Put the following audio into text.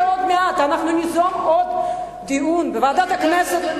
ועוד מעט אנחנו ניזום עוד דיון בוועדת הכנסת,